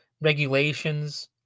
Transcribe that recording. regulations